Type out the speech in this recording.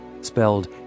spelled